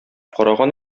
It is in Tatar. караган